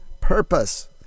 purpose